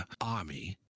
Army